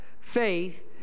faith